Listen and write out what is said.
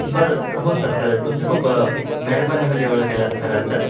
बरं हो सर चालेल तुमची खूप महेरबानी होईल एवढा केला कराल तर